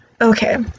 Okay